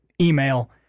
email